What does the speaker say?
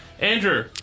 Andrew